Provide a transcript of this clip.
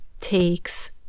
takes